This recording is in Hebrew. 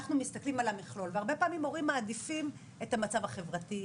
אנחנו מסתכלים על המכלול והרבה פעמים הורים מעדיפים את המצב החברתי,